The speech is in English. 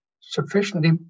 sufficiently